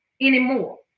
anymore